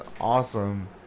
awesome